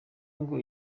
ngo